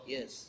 Yes